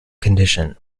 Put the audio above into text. condition